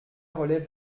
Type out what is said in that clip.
relève